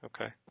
Okay